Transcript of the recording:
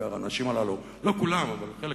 בעיקר האנשים הללו, לא כולם, אבל חלק